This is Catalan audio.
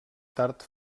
tard